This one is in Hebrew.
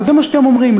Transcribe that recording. וזה מה שאתם אומרים,